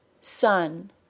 sun